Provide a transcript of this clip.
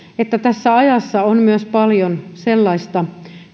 että tässä ajassa on myös paljon sellaista